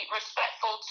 respectful